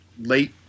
late